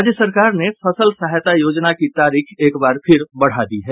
राज्य सरकार ने फसल सहायता योजना की तारीख एक बार फिर बढ़ा दी है